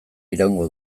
iraungo